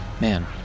Man